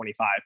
25